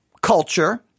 culture